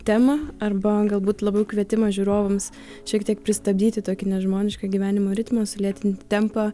temą arba galbūt labiau kvietimas žiūrovams šiek tiek pristabdyti tokį nežmonišką gyvenimo ritmą sulėtinti tempą